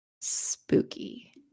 spooky